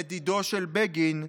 לדידו של בגין,